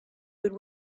would